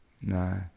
No